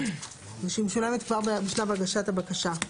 שהיא משולמת כבר בשלב הגשת הבקשה.